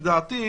לדעתי,